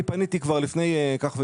אני פניתי כבר לפני כך וכך,